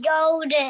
golden